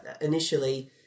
initially